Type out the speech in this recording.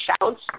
shouts